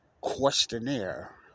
questionnaire